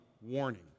warning